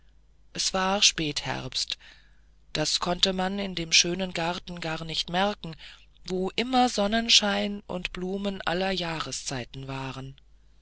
es war spätherbst das konnte man in dem schönen garten gar nicht bemerken wo immer sonnenschein und blumen aller jahreszeiten waren